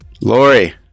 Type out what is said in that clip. Lori